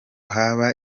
haba